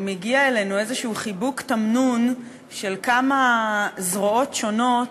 מגיע אלינו איזשהו חיבוק תמנון של כמה זרועות שונות,